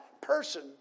person